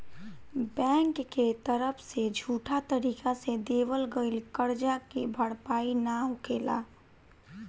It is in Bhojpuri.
बैंक के तरफ से झूठा तरीका से देवल गईल करजा के भरपाई ना होखेला